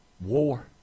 war